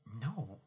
No